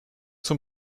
zum